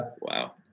Wow